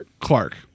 Clark